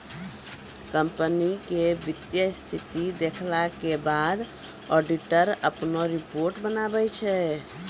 company के वित्तीय स्थिति देखला के बाद ऑडिटर अपनो रिपोर्ट बनाबै छै